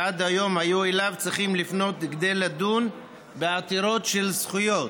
שעד היום היו צריכים לפנות אליו כדי לדון בעתירות של זכויות.